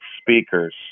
speakers